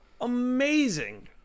amazing